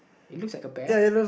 it looks like a pear